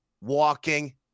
walking